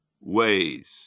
ways